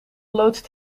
loodst